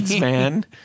man